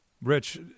Rich